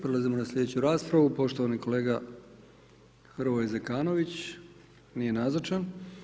Prelazimo na slijedeću raspravu, poštovani kolega Hrvoje Zekanović, nije nazočan.